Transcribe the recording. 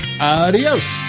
Adios